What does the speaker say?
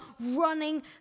running